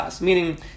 Meaning